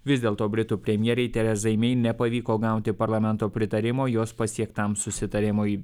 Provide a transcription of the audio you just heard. vis dėlto britų premjerei terezai mei nepavyko gauti parlamento pritarimo jos pasiektam susitarimui